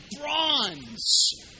bronze